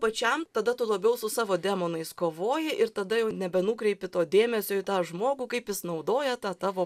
pačiam tada tu labiau su savo demonais kovoji ir tada jau nebenukreipi to dėmesio į tą žmogų kaip jis naudoja tą tavo